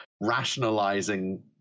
rationalizing